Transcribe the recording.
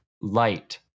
light